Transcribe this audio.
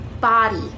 body